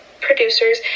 producers